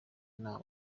inama